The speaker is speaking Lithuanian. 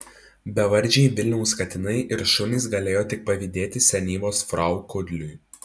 bevardžiai vilniaus katinai ir šunys galėjo tik pavydėti senyvos frau kudliui